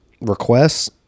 requests